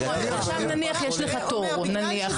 עכשיו נניח יש לך תור, נניח.